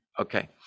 Okay